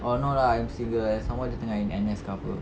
oh no lah I'm single and some more dia tengah in N_S ke apa